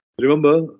Remember